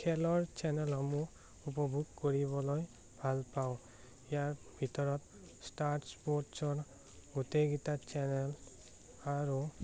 খেলৰ চেনেলসমূহ উপভোগ কৰিবলৈ ভাল পাওঁ ইয়াৰ ভিতৰত ষ্টাৰ স্পৰ্টছৰ গোটেইকেইটা চেনেল আৰু